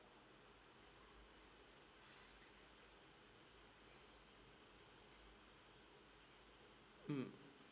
mm